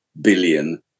billion